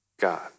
God